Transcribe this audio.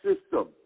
system